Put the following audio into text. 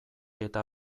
eta